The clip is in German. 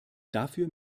dafür